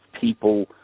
people